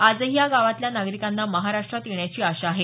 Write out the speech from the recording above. आजही या गावातल्या नागरिकांना महाराष्ट्रात येण्याची आशा आहे